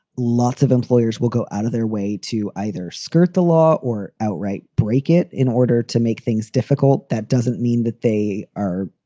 lots of employers will go out of their way to either skirt the law or outright break it in order to make things difficult. that doesn't mean that they are.